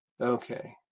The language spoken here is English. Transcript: okay